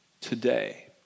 today